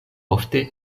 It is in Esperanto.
ofte